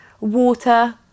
water